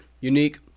Unique